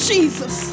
Jesus